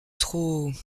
trop